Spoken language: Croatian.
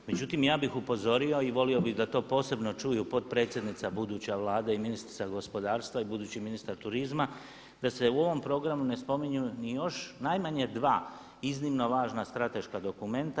Međutim, ja bih upozorio i volio bi da to posebno čuju potpredsjednica buduća Vlade i ministrica gospodarstva i budući ministar turizma da se u ovom programu ne spominju ni još najmanje dva iznimno važna strateška dokumenta.